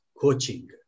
coaching